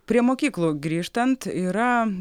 prie mokyklų grįžtant yra